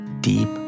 deep